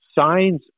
signs